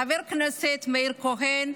חבר הכנסת מאיר כהן,